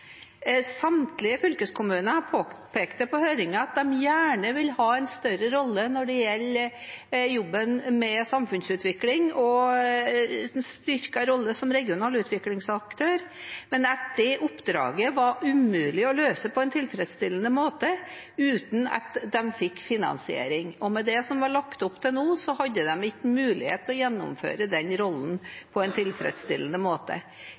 Samtlige fylkeskommuner påpekte i høringen at de gjerne vil ha en større rolle når det gjelder jobben med samfunnsutvikling og en styrket rolle som regional utviklingsaktør, men at dette oppdraget var umulig å løse på en tilfredsstillende måte uten at de fikk finansiering. Og med det som det nå var lagt opp til, hadde de ikke mulighet til å gjennomføre den rollen på en tilfredsstillende måte.